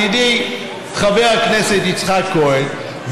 ידידי חבר הכנסת יצחק כהן,